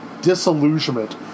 disillusionment